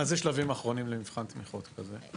מה זה שלבים אחרונים למבחן תמיכות כזה?